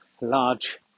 large